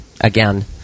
again